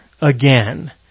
again